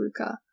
Ruka